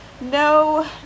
no